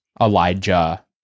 Elijah